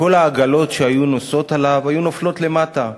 שכל העגלות שהיו נוסעות עליו היו נופלות למטה,